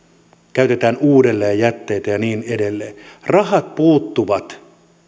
käytämme uudelleen jätteitä ja niin edelleen rahat puuttuvat